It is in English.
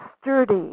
sturdy